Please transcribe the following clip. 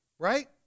right